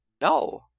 No